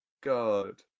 God